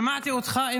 שמעתי אותך,